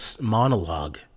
monologue